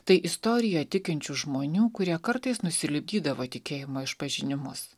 tai istorija tikinčių žmonių kurie kartais nusilipdydavo tikėjimo išpažinimus